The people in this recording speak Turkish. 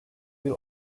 bir